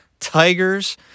Tigers